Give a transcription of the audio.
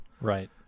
Right